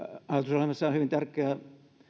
on hyvin tärkeä